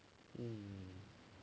um